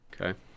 Okay